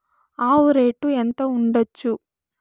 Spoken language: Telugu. ఆవు రేటు ఎంత ఉండచ్చు?